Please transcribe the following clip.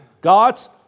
God's